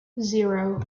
zero